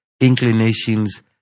inclinations